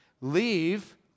Leave